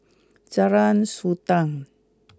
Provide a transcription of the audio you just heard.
Jalan Sultan